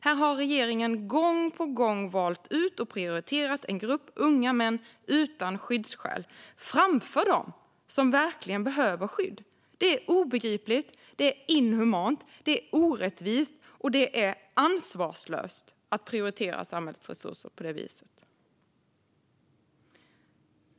Här har regeringen gång på gång valt ut och prioriterat en grupp unga män utan skyddsskäl framför dem som verkligen behöver skydd. Det är obegripligt, det är inhumant, det är orättvist och det är ansvarslöst att prioritera samhällets resurser på det viset.